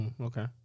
Okay